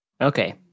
Okay